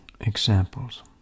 Examples